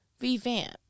revamp